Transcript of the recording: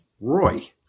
Roy